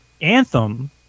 Anthem